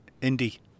Indy